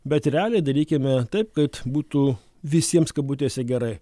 bet realiai darykime taip kad būtų visiems kabutėse gerai